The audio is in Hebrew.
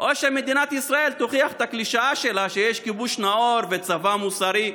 או שמדינת ישראל תוכיח את הקלישאה שלה שיש כיבוש נאור וצבא מוסרי.